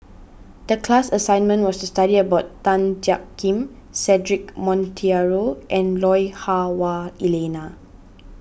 the class assignment was to study about Tan Jiak Kim Cedric Monteiro and Lui Hah Wah Elena